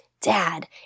dad